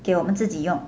给我们自己用